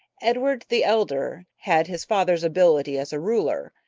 edward the elder had his father's ability as a ruler,